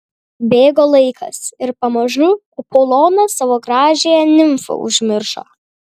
bėgo laikas ir pamažu apolonas savo gražiąją nimfą užmiršo